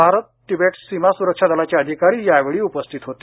Bharat Tibet सीमा सुरक्षा दलाचे अधिकारी यावेळी उपस्थित होते